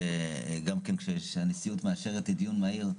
גם כן כאשר הנשיאות מאשרת לדיון מהיר,